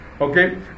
okay